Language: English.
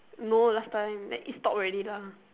no last time it stop already lah